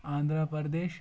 Andhra Pradesh